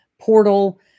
portal